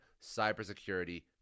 cybersecurity